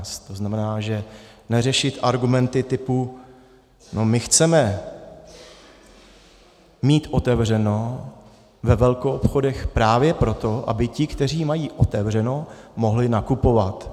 To znamená, že neřešit argumenty typu: No my chceme mít otevřeno ve velkoobchodech právě proto, aby ti, kteří mají otevřeno, mohli nakupovat.